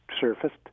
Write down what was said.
surfaced